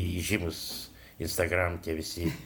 įžymus instagram tie visi